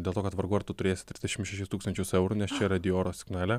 dėl to kad vargu ar tu turėsi trisdešim šešis tūkstančius eurų nes čia yra dioro suknelė